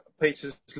Peter's